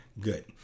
Good